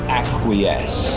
acquiesce